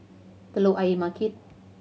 Telok Ayer Market